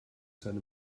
seine